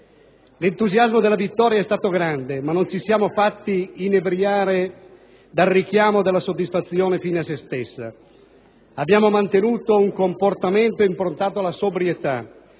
L'entusiasmo della vittoria è stato grande, ma non ci siamo fatti inebriare dal richiamo della soddisfazione fine a se stessa. Abbiamo mantenuto un comportamento improntato alla sobrietà,